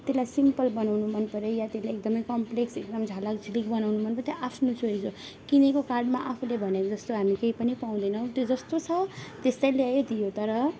त्यसलाई सिम्पल बनाउनु मनपऱ्यो या त त्यसलाई एकदमै कम्प्लेक्स एकदम झालाकझिलिक बनाउनु मनपऱ्यो त्यो आफ्नो चोइज हो किनेको कार्डमा आफूले भनेको जस्तो हामी केही पनि पाउदैनौँ त्यो जस्तो छ त्यस्तै ल्यायो दियो तर